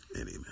amen